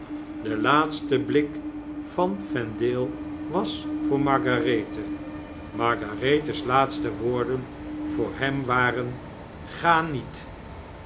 de laatste blik van vendale was voor margarethe margarethe's laatste woorden voor hem waren ga niet